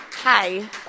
Hi